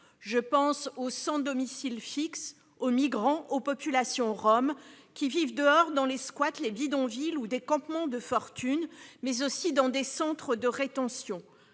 Je pense aux sans domicile fixe, aux migrants, aux populations roms, qui vivent dehors, dans des squats, des bidonvilles ou des campements de fortune, mais aussi dans des centres de rétention.